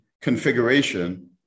configuration